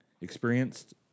experienced